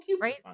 Right